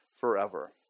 forever